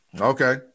Okay